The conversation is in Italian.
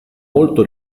molto